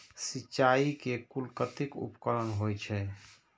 सिंचाई के कुल कतेक उपकरण होई छै?